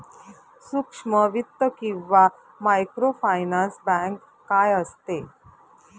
सूक्ष्म वित्त किंवा मायक्रोफायनान्स बँक काय असते?